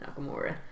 Nakamura